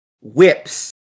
whips